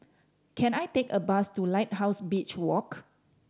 can I take a bus to Lighthouse Beach Walk